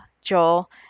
Joel